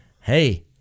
hey